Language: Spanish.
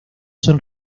son